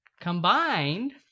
combined